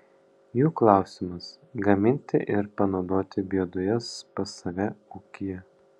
jų klausimas gaminti ir panaudoti biodujas pas save ūkyje